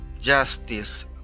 Justice